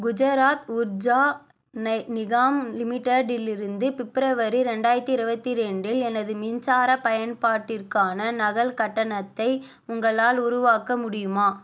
குஜராத் உர்ஜா நி நிகாம் லிமிட்டெடிலிருந்து பிப்ரவரி ரெண்டாயிரத்து இருபத்தி ரெண்டில் எனது மின்சார பயன்பாட்டிற்கான நகல் கட்டணத்தை உங்களால் உருவாக்க முடியுமா